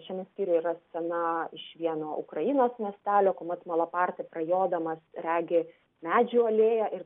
šiame skyriuje yra scena iš vieno ukrainos miestelio kuomet malapartė prajodamas regi medžių alėją ir